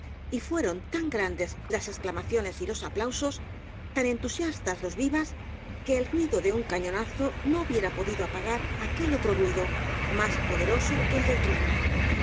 y fueron tan grandes las exclamaciones y los aplausos tan entusiastas los vivas que el ruido de un cañonazo no hubiera podido apagar aquel otro ruido más poderoso que el del trueno